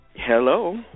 Hello